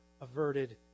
averted